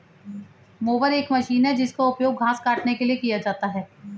mower एक machine है जिसका उपयोग घास काटने के लिए किया जाता है